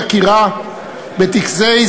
יום העצמאות כיום שבו קמה מדינת ישראל.